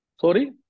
sorry